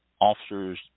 officer's